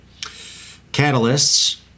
catalysts